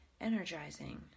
energizing